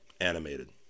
animated